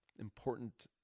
important